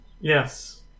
Yes